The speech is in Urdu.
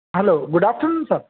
hello good afternoon sir